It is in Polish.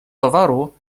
towaru